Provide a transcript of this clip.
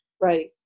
right